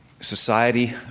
society